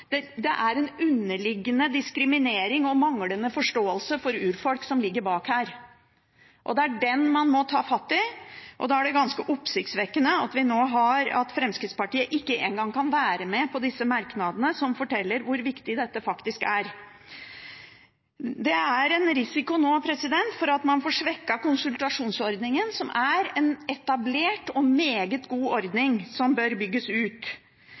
det er en underliggende diskriminering og manglende forståelse for urfolk som ligger bak. Det er det man må ta fatt i. Da er det ganske oppsiktsvekkende at Fremskrittspartiet ikke en gang kan være med på merknadene som forteller hvor viktig dette faktisk er. Det er en risiko for at man får svekket konsultasjonsordningen, som er en etablert og meget god ordning som bør bygges ut.